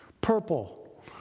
purple